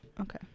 Okay